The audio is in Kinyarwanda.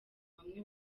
bamwe